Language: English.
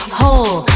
whole